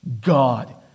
God